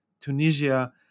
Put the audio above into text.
Tunisia